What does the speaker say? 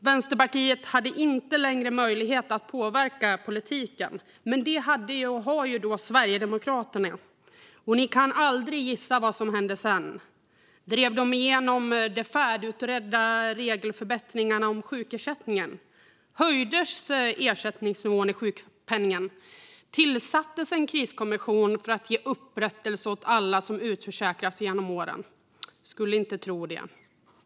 Vänsterpartiet hade inte längre möjlighet att påverka politiken, men det hade och har Sverigedemokraterna. Ni kan aldrig gissa vad som hände sedan. Drev de igenom de färdigutredda regelförbättringarna i sjukersättningen? Höjdes ersättningsnivån i sjukpenningen? Tillsattes en kriskommission för att ge upprättelse åt alla som utförsäkrats genom åren? Jag skulle inte tro det.